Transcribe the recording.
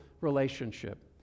relationship